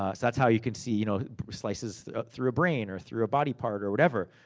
ah that's how you can see you know slices through a brain, or through a body part, or whatever.